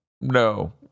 no